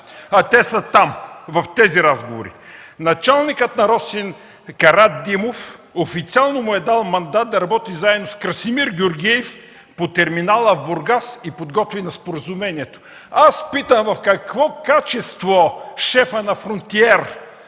а те са там, в тези разговори. „Началникът на Росен Карадимов официално му е дал мандат да работи заедно с Красимир Георгиев по терминала Бургас и подготвяне на споразумението”. Питам в какво качество на шефа на „Фронтиер”